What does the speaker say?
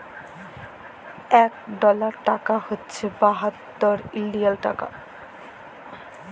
ইক ডলার টাকা হছে বাহাত্তর ইলডিয়াল টাকা